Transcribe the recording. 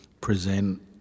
present